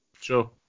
Sure